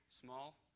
small